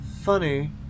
Funny